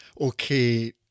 okay